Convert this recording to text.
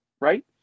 right